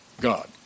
God